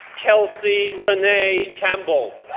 kelsey renaye campbell,